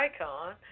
icon